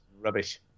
rubbish